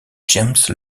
james